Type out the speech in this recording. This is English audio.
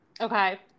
Okay